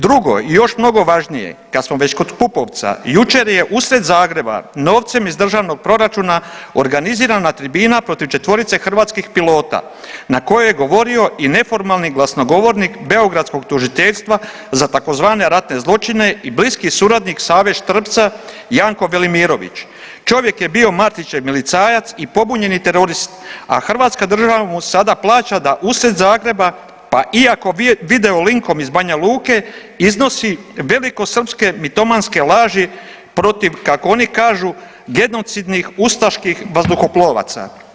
Drugo i još mnogo važnije, kad smo već kod Pupovca, jučer je usred Zagreba novcem iz državnog proračuna organizirana tribina protiv četvorice hrvatskih pilota na kojem je govorio i neformalni glasnogovornik beogradskog tužiteljstva za tzv. ratne zločine i bliski suradnik Save Štrbca Janko Velimirović, čovjek je bio Martićev milicajac i pobunjeni terorist, a hrvatska država mu sada plaća da usred Zagreba, pa iako videolinkom iz Banja Luke, iznosi velikosrpske mitomanske laži protiv, kako oni kažu, genocidnih ustaških vazduhoplovaca.